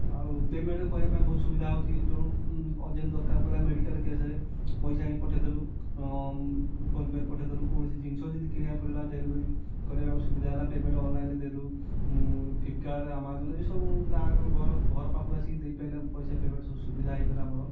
ଆଉ ପେମେଣ୍ଟ୍ କରିବା ପାଇଁ ବହୁତ ସୁବିଧା ହେଉଛି ଜଣଙ୍କୁ ଅର୍ଜେଣ୍ଟ୍ ଦରକାର ପଇଲା ମେଡ଼ିକାଲ୍ କେସ୍ ରେ ପଇସା ହିଁ ପଠେଇ ଦେଲୁ ଫୋନ୍ପେରେ ପଠେଇ ଦେଲୁ କୌଣସି ଜିନିଷ ଯଦି କିଣିଆକୁ ପଡ଼ିଲା ଡେଲିଭରି କରିବା ପାଇଁ ଆମକୁ ସୁବିଧା ହେଲା ପେମେଣ୍ଟ୍ ଅନଲାଇନ୍ରେ ଦେଲୁ ଫ୍ଲିପକାର୍ଟ୍ ଆମାଜନ୍ ଏ ସବୁ ଗାଁ ଘର ଘର ପାଖକୁ ଆସିକି ଦେଇପାଇଲେ ପଇସା ପେମେଣ୍ଟ୍ ସବୁ ସୁବିଧା ହୋଇପାଇଲା ଆମର